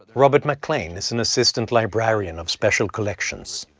robert maclean is an assistant librarian of special collections.